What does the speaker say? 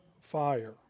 fire